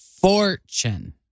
fortune